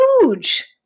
Huge